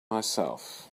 myself